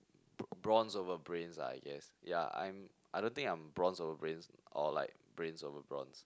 brawns over brains lah I guess yea I'm I don't think I'm brawns over brains or like brains over brawns